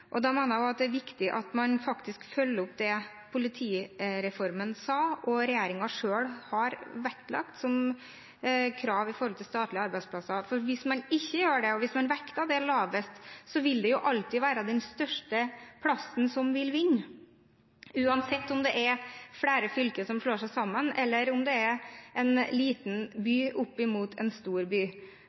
Da mener jeg at det er viktig at man faktisk følger opp hva politireformen sa og regjeringen selv har vektlagt som krav til statlige arbeidsplasser. Hvis man ikke gjør det, og vekter det lavest, vil det alltid være den største plassen som vinner, uansett om det er flere fylker som slår seg sammen eller om det er en liten by opp imot en stor by.